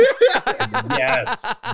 Yes